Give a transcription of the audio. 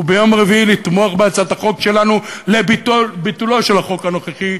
וביום רביעי לתמוך בהצעת החוק שלנו לביטולו של החוק הנוכחי,